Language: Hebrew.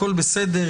הכול בסדר.